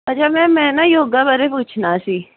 ਅੱਛਾ ਮੈਮ ਮੈਂ ਨਾ ਯੋਗਾ ਬਾਰੇ ਪੁੱਛਣਾ ਸੀ